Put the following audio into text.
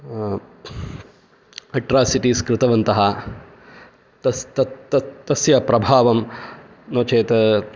atrocities कृतवन्तः तस्य प्रभावं नो चेत्